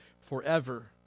forever